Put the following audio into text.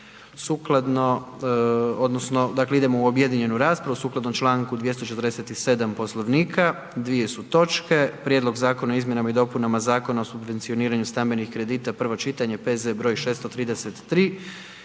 sa radom. Dakle idemo u objedinjenu raspravu, sukladno članku 247. Poslovnika, dvije su točke Prijedlog zakona o izmjenama i dopunama Zakona o subvencioniranju stambenih kredita, prvo čitanje, P.Z. br. 633;